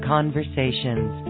Conversations